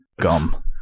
gum